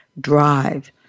drive